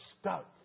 stuck